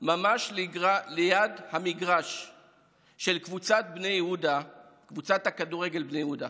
ממש ליד המגרש של קבוצת הכדורגל בני יהודה,